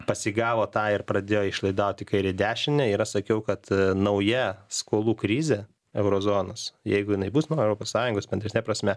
pasigavo tą ir pradėjo išlaidaut į kairę dešinę ir aš sakiau kad nauja skolų krizė euro zonos jeigu jinai bus nuo europos sąjungos bendresne prasme